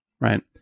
right